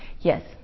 Yes